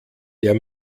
der